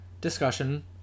discussion